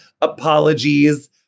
Apologies